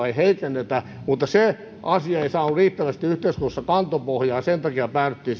ei heikennetä mutta se asia ei saanut riittävästi yhteiskunnassa kaikupohjaa ja sen takia päädyttiin